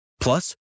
Plus